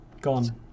Gone